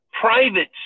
private